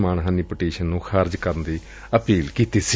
ਮਾਨਹਾਨੀ petition ਨੂੰ ਖਾਰਜ ਕਰਨ ਦੀ ਅਪੀਲ ਕੀਤੀ ਸੀ